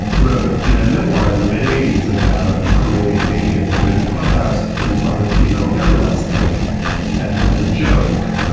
wrote in a memoir in the mid-eighties about parading naked through the clubhouse in front of female journalists, like as as a joke.